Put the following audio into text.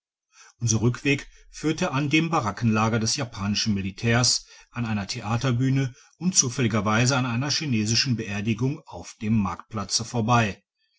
unser rückweg führte an dem barackenlager des japanischen militärs an einer theaterbühne und zufälligerweise an einer chinesischen beerdigung auf dem marktplatze vorbei